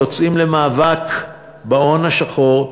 יוצאים למאבק בהון השחור,